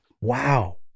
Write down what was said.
Wow